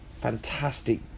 fantastic